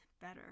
better